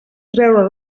treure